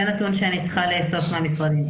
זה נתון שאני צריכה לאסוף מהמשרדים.